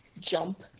jump